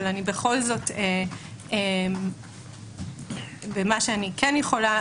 אבל בכל זאת במה שאני יכולה,